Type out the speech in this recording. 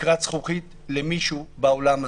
תקרת זכוכית למישהו בעולם הזה.